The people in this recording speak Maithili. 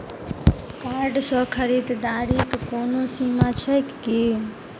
कार्ड सँ खरीददारीक कोनो सीमा छैक की?